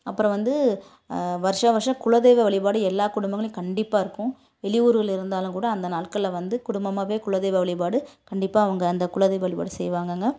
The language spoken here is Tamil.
அப்புறம் வந்து வருஷா வருஷம் குலதெய்வ வழிபாடு எல்லா குடும்பங்களேயும் கண்டிப்பாக இருக்கும் வெளியூர்களில் இருந்தாலும் கூட அந்த நாட்களில் வந்து குடும்பமாகவே குலதெய்வ வழிபாடு கண்டிப்பாக அவங்க அந்த குலதெய்வ வழிபாடு செய்வாங்கங்க